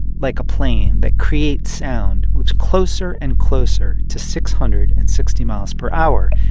like a plane, that creates sound moves closer and closer to six hundred and sixty miles per hour,